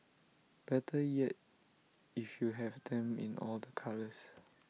better yet if you have them in all the colours